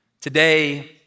Today